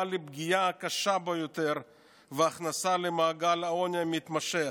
לפגיעה הקשה ביותר והכנסה למעגל העוני המתמשך,